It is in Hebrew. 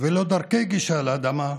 וללא דרכי גישה לאדמה,